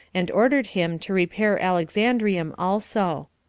and ordered him to repair alexandrium also.